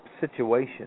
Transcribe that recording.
situation